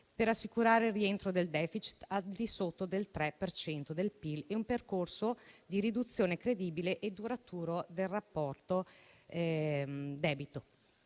ad assicurare il rientro del *deficit* al di sotto del 3 per cento del PIL, in un percorso di riduzione credibile e duraturo del rapporto debito-PIL.